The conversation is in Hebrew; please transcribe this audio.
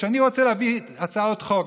כשאני רוצה להביא הצעות חוק,